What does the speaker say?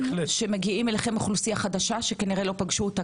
שמגיעים אליכם אוכלוסייה חדשה שלא פגשו אותה